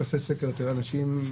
תעשה סקר ותראה אנשים,